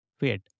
Wait